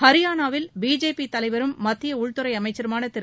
ஹரியானாவில் பிஜேபி தலைவரும் மத்திய உள்துறை அமைச்சருமான திரு